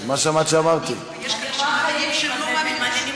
ישיב על ההצעה לסדר-היום שר